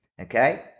Okay